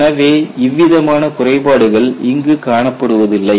எனவே இவ்விதமான குறைபாடுகள் இங்கு காணப்படுவதில்லை